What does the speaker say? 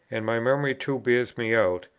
and my memory too bears me out,